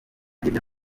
hirya